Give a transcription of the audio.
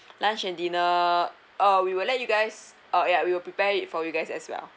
lunch and dinner uh we will let you guys uh ya we will prepare it for you guys as well